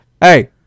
Hey